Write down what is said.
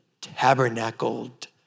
tabernacled